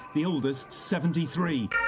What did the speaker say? the oldest seventy three.